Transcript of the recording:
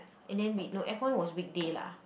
and then we no F one was weekday lah